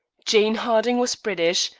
jane harding was british,